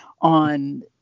on